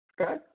Okay